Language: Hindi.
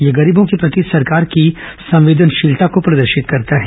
यह गरीबों के प्रति सरकार की संवेदनशीलता को प्रदर्शित करता है